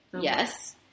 Yes